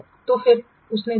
तो फिर उसने देखा है